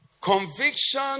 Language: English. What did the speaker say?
Conviction